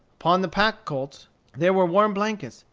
upon the pack-colts there were warm blankets.